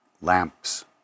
lamps